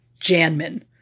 Janman